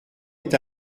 est